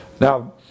Now